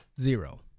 Zero